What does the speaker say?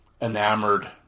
enamored